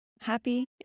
happy